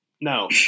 No